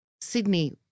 Sydney